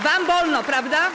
Wam wolno, prawda?